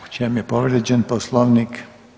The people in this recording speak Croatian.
U čemu je povrijeđen Poslovnik?